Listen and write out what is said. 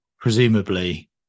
presumably